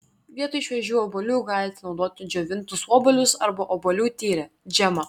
vietoj šviežių obuolių galite naudoti džiovintus obuolius arba obuolių tyrę džemą